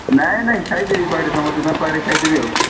ନାହିଁ ନାହିଁ ଖାଇଦେବି ପାଖରେ ତମ ଦୋକାନ ପାଖରେ ଖାଇଦେବି ଆଉ